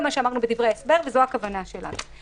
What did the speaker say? מה שאמרנו בדברי ההסבר וזו הכוונה שלנו.